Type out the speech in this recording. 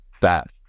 fast